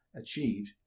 achieved